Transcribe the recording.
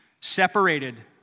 separated